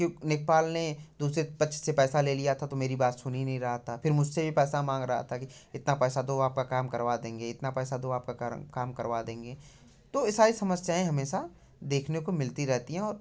क्यों लेखपाल ने दूसरे पची से पैसा ले लिया था तो मेरी बात सुन ही नहीं रहा था फिर मुझसे भी पैसा मांग रहा था की इतना पैसा दो आपका काम करवा देंगे इतना पैसा दो आपका कारण काम करवा देंगे तो यह सारी समस्याएँ हमेशा देखने को मिलती रहती हैं और